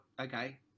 okay